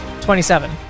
Twenty-seven